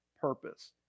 purpose